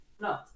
No